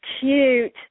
cute